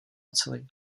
oceli